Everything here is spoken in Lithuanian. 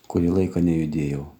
kurį laiką nejudėjau